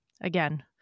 again